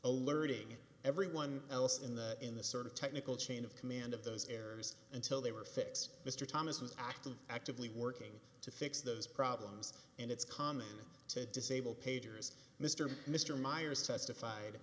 alerting everyone else in the in the sort of technical chain of command of those errors until they were fixed mr thomas was active actively working to fix those problems and it's common to disable pagers mr mr myers testified